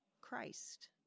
Christ